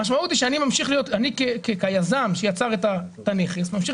המשמעות היא שאני כיזם שיצר את הנכס ממשיך